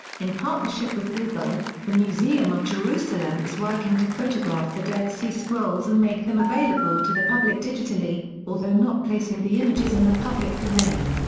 in partnership with google, the museum of jerusalem is working to photograph the dead sea scrolls and make them available to the public digitally, although not placing the images in the public domain.